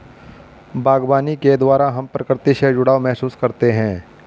बागवानी के द्वारा हम प्रकृति से जुड़ाव महसूस करते हैं